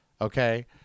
okay